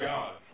God